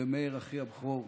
ומאיר, אחי הבכור,